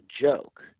joke